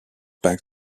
back